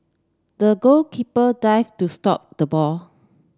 the goalkeeper dive to stop the ball